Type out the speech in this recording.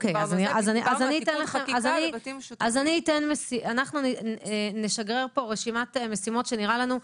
אז אנחנו נעביר רשימת משימות שנראה לנו.